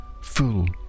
full